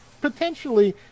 potentially